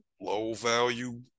Low-value